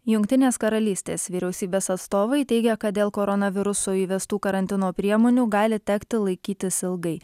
jungtinės karalystės vyriausybės atstovai teigia kad dėl koronaviruso įvestų karantino priemonių gali tekti laikytis ilgai